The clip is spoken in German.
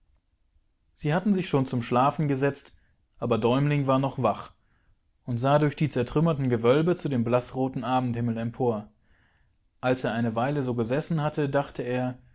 sie hatten sich schon zum schlafen gesetzt aber däumling war noch wach und sah durch die zertrümmerten gewölbe zu dem blaßroten abendhimmel empor alsereineweilesogesessenhatte dachteer nunwollteereinende machen mit seiner trauer darüber daß er